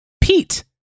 Pete